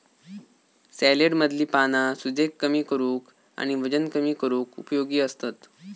सॅलेडमधली पाना सूजेक कमी करूक आणि वजन कमी करूक उपयोगी असतत